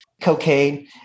cocaine